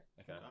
okay